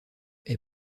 est